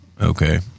Okay